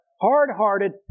hard-hearted